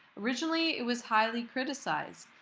originally it was highly criticized.